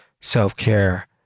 self-care